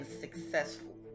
successful